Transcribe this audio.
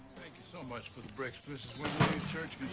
thank you so much for the bricks, ms. wynn. the church